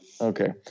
Okay